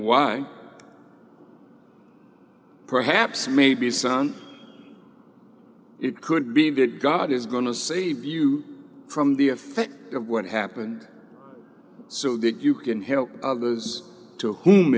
why perhaps maybe son it could be that god is going to see you from the effect of what happened so that you can help those to whom